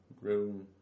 Room